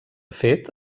fet